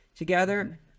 together